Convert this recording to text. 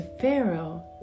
Pharaoh